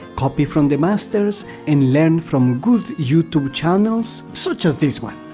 copy from the masters and learn from good youtube channels, such as this one